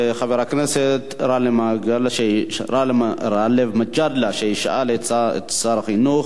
חבר הכנסת גאלב מג'אדלה ישאל את שר החינוך,